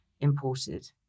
imported